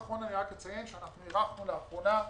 אירחנו לאחרונה,